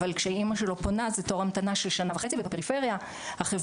אבל כשאמא שלו פונה זה תור המתנה של שנה וחצי ובפריפריה החברתית,